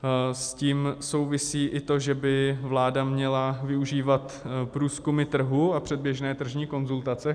S tím souvisí i to, že by vláda měla využívat průzkumy trhu a předběžné tržní konzultace.